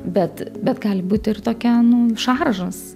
bet bet gali būti ir tokia nu šaržas